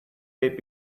bit